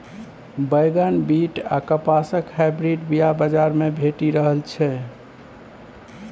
बैगन, बीट आ कपासक हाइब्रिड बीया बजार मे भेटि रहल छै